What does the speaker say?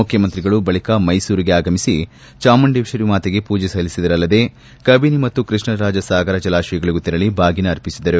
ಮುಖ್ಯಮಂತ್ರಿಗಳು ಬಳಿಕ ಮೈಸೂರಿಗೆ ಆಗಮಿಸಿ ಜಾಮುಂಡೇಶ್ವರಿ ಮಾತೆಗೆ ಪೂಜೆ ಸಲ್ಲಿಸಿದರಲ್ಲದೆ ಕಬಿನಿ ಮತ್ತು ಕೃಷ್ಣರಾಜ ಸಾಗರ ಜಲಾಶಯಗಳಿಗೆ ತೆರಳಿ ಬಾಗಿನ ಅರ್ಪಿಸಿದರು